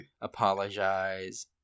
Apologize